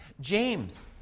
James